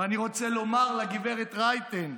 ואני רוצה לומר לגברת רייטן: